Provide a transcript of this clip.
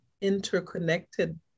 interconnected